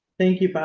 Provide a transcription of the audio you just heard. thank you. but